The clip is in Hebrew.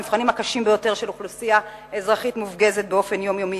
במבחנים הקשים ביותר של אוכלוסייה אזרחית המופגזת באופן יומיומי,